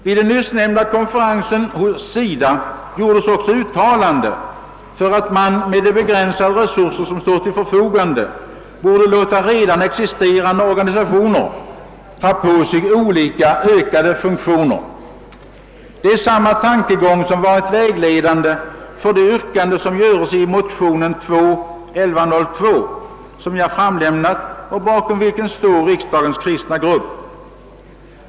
Vid den nyssnämnda konferensen hos SIDA gjordes det uttalandet att man — med de begränsade resurser som står till förfogande — borde låta redan existerande organisationer ta på sig olika ökade funktioner. Det är samma tankegång som kommit till uttryck genom yrkandet i motionen II: 1101, bakom vilken står riksdagens kristna grupp med mitt namn som det första.